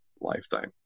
lifetime